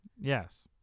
yes